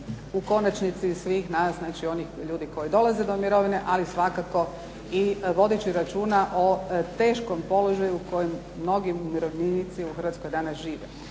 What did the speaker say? u konačnici svih nas, znači onih ljudi koji dolaze do mirovine. Ali svakako vodeći računa i o teškom položaju u kojem mnogi umirovljenici u Hrvatskoj danas žive.